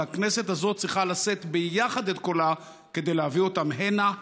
והכנסת הזאת צריכה לשאת ביחד את קולה כדי להביא אותם הנה,